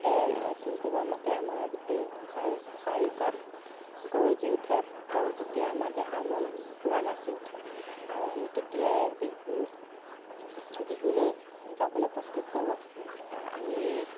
গোটেই ঢোল পেঁপাৰ মাতে আমাৰ গোটেই চাৰিও চাৰিওকাষ গৰজি উঠে আৰু তেতিয়া আমাৰ দেহা মন পূৰা নাচি উঠে আৰু আমি তেতিয়াই বিহু বিহুলৈ যাবলৈ প্ৰস্তুত কৰোঁ আ আমি